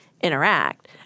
interact